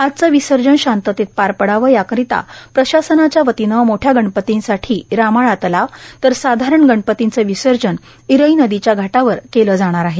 आजचं विसर्जन शांततेत पार पडावं याकरिता प्रशासनाच्या वतीनं मोठ्या गणपतीसाठी रामाळा तलाव तर साधारण गणपतीचे विसर्जन इरई नदीच्या घाटावर केली जाणार आहे